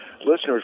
listeners